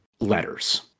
letters